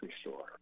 store